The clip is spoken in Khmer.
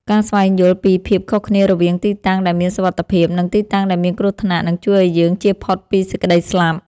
ការស្វែងយល់ពីភាពខុសគ្នារវាងទីតាំងដែលមានសុវត្ថិភាព និងទីតាំងដែលមានគ្រោះថ្នាក់នឹងជួយឱ្យយើងជៀសផុតពីសេចក្តីស្លាប់។